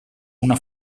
una